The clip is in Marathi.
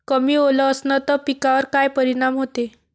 कमी ओल असनं त पिकावर काय परिनाम होते?